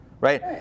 right